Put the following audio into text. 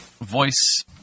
voice